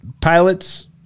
pilots